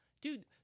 Dude